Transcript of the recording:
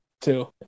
Two